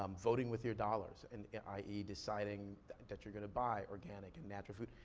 um voting with your dollars, and i e. deciding that you're gonna buy organic and natural food.